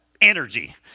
energy